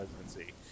presidency